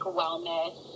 wellness